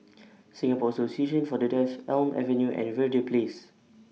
Singapore Association For The Deaf Elm Avenue and Verde Place